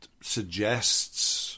suggests